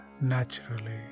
naturally